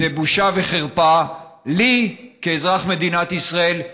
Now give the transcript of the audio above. זה בושה וחרפה לי כאזרח מדינת ישראל,